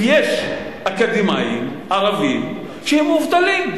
ויש אקדמאים ערבים שהם מובטלים,